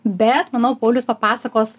bet manau paulius papasakos